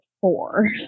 four